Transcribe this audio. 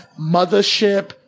Mothership